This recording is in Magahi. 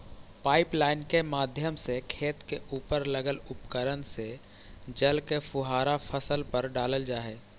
पाइपलाइन के माध्यम से खेत के उपर लगल उपकरण से जल के फुहारा फसल पर डालल जा हइ